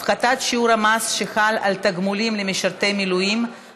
תחולה על תושבי מזרח ירושלים ושיקול דעת שר הפנים),